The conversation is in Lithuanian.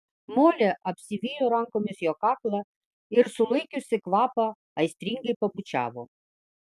molė apsivijo rankomis jo kaklą ir sulaikiusi kvapą aistringai pabučiavo